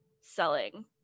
selling